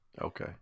Okay